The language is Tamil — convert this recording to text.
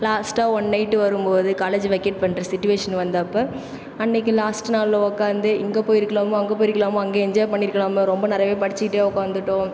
லாஸ்ட்டாக ஒன் நைட் வரும் போது காலேஜ் வெக்கேட் பண்ணுற சுட்டுவேஷன் வந்தப்போ அன்றைக்கு லாஸ்ட் நாள் உட்காந்து இங்கே போய் இருக்கலாமோ அங்கே போய் இருக்கலாமோ அங்கே என்ஜாய் பண்ணிருக்கலாமோ ரொம்ப நிறையவே படிச்சுக்கிட்டே உட்காந்துட்டோம்